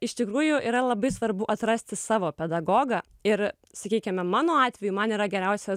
iš tikrųjų yra labai svarbu atrasti savo pedagogą ir sakykime mano atveju man yra geriausias